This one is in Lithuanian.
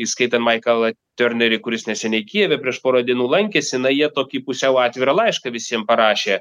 įskaitant maiklą ternerį kuris neseniai kijeve prieš porą dienų lankėsi na jie tokį pusiau atvirą laišką visiem parašė